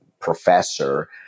professor